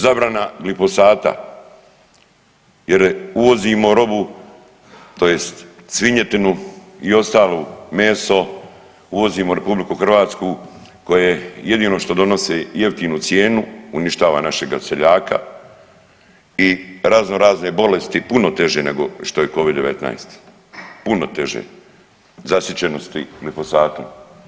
Zabrana glifosata jer uvozimo robu tj. svinjetinu i ostalo meso uvozimo u RH koje jedino što donose jeftinu cijenu uništava našega seljaka i raznorazne bolesti puno teže nego što je covid-19, puno teže zasićenosti glifosatom.